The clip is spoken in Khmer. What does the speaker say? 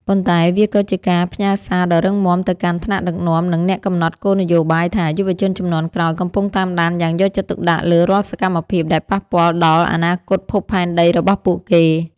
ប៉ុន្តែវាក៏ជាការផ្ញើសារដ៏រឹងមាំទៅកាន់ថ្នាក់ដឹកនាំ និងអ្នកកំណត់គោលនយោបាយថា យុវជនជំនាន់ក្រោយកំពុងតាមដានយ៉ាងយកចិត្តទុកដាក់លើរាល់សកម្មភាពដែលប៉ះពាល់ដល់អនាគតភពផែនដីរបស់ពួកគេ។